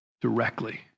directly